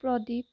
Pradip